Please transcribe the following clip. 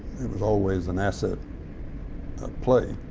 it was always an asset of play.